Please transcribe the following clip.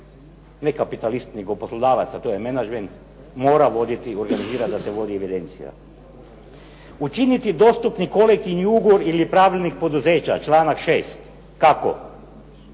ne kapitalist nego poslodavac, a to je menadžment, mora voditi i organizirati da se vodi evidencija. Učiniti dostupnim kolektivni ugovor ili pravilnik poduzeća, članak 6. Kako?